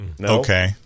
Okay